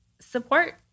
support